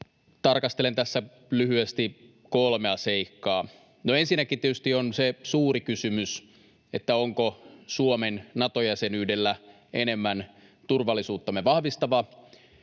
Tarkastelen tässä lyhyesti kolmea seikkaa: Ensinnäkin tietysti on se suuri kysymys, että onko Suomen Nato-jäsenyydellä enemmän turvallisuuttamme vahvistava